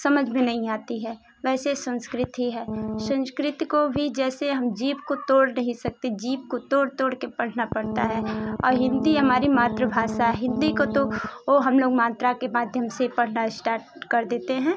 समझ में नही आती है वैसे संस्कृत ही है संश्कृत को भी जैसे हम जीभ को तोड़ नही सकते जीभ को तोड़ तोड़ के पढ़ना पड़ता है हिन्दी हमारी मातृभाषा हिन्दी को तो ओ हम लोग मात्रा के माध्यम से पढ़ना इश्टाट कर देते हैं